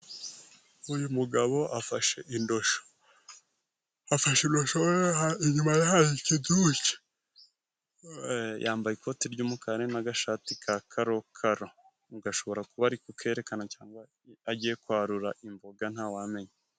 Uyu mugabo afashe indosho. Afashe indosho inyuma ye hari ikiduke. Yambaye ikoti ry'umukara n'agashati ka karokaro. Ubwo ashobora kuba ari ku kerekana cyangwa agiye kwarura imboga ntawamenya.